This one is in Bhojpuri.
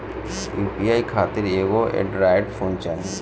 यू.पी.आई खातिर एगो एड्रायड फोन चाही